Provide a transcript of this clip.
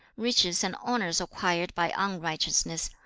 riches and honours acquired by unrighteousness,